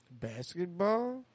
Basketball